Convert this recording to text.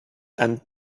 and